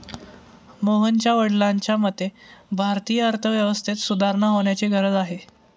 मोहनच्या वडिलांच्या मते, भारतीय अर्थव्यवस्थेत सुधारणा होण्याची गरज आहे